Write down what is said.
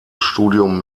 studium